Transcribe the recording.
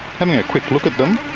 having a quick look at them